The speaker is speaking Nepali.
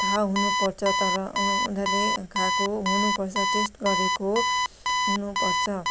थाहा हुनुपर्छ तर उनीहरूले खाएको हुनुपर्छ टेस्ट गरेको हुनुपर्छ